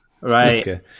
Right